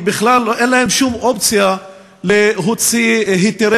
בכלל אין להם שום אופציה להוציא היתרי